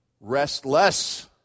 restless